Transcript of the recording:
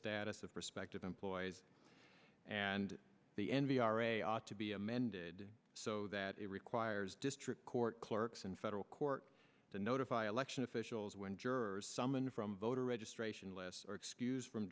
status of prospective employees and the n b r a ought to be amended so that it requires district court clerks and federal court to notify election officials when jurors summon from voter registration lists are excused from